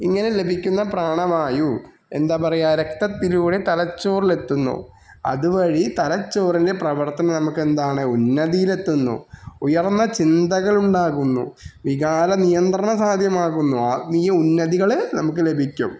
ഇങ്ങനെ ലഭിക്കുന്ന പ്രാണവായു എന്താ പറയാ രക്തത്തിലൂടെ തലച്ചോറിലെത്തുന്നു അതുവഴി തലച്ചോറിൻ്റെ പ്രവർത്തനം നമുക്കെന്താണ് ഉന്നതിയിലെത്തുന്നു ഉയർന്ന ചിന്തകളുണ്ടാകുന്നു വികാര നിയന്ത്രണം സാധ്യമാകുന്നു ആത്മീയ ഉന്നതികൾ നമുക്ക് ലഭിക്കും